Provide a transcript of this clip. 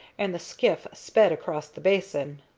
and the skiff sped across the basin.